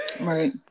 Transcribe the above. Right